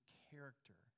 character